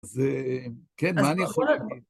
אז כן, מה אני יכול להגיד?